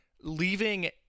leaving